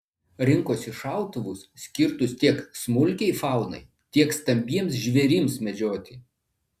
rinkosi šautuvus skirtus tiek smulkiai faunai tiek stambiems žvėrims medžioti